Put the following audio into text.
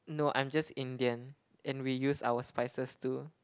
no I'm just Indian and we use our spices too